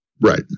right